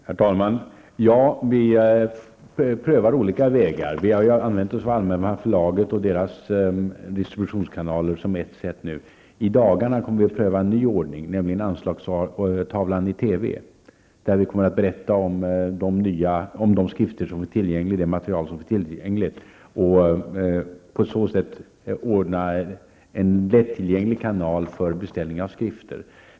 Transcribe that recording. Herr talman! Ja, vi prövar olika vägar. Vi har använt oss av Allmänna förlaget och dess distributionskanaler som ett sätt. I dagarna kommer vi att pröva en ny ordning, nämligen Anslagstavlan i TV, där vi kommer att berätta om det material som finns tillgängligt. På det sättet ordnar vi en lättillgänglig kanal för beställning av skrifter.